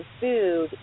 food